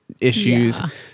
issues